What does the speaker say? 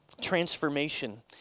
Transformation